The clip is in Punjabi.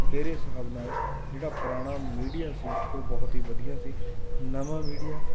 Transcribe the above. ਮੇਰੇ ਹਿਸਾਬ ਨਾਲ ਜਿਹੜਾ ਪੁਰਾਣਾ ਮੀਡੀਆ ਸੀ ਉਹ ਬਹੁਤ ਹੀ ਵਧੀਆ ਸੀ ਨਵਾਂ ਮੀਡੀਆ